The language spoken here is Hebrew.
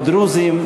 או דרוזים,